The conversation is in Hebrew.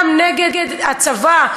גם נגד הצבא,